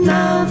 Now